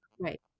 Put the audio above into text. Right